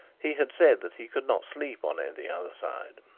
he had said that he could not sleep on any other side.